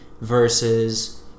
versus